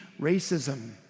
racism